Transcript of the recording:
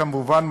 כמובן,